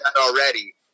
already